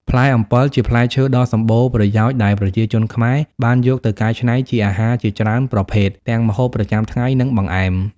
ផ្លែអំពិល ជាផ្លែឈើដ៏សម្បូរប្រយោជន៍ដែលប្រជាជនខ្មែរបានយកទៅកែច្នៃជាអាហារជាច្រើនប្រភេទ ទាំងម្ហូបប្រចាំថ្ងៃ និងបង្អែម។